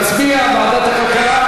נצביע על ועדת הכלכלה,